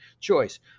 choice